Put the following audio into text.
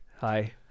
Hi